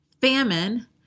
famine